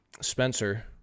spencer